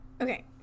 Okay